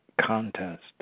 contest